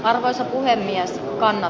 arvoisa puhemies on